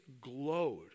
glowed